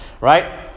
right